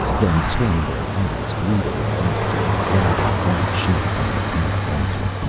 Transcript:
then swung their eyes greedily back to the writhing white shape on the black altar.